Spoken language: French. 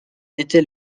était